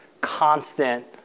constant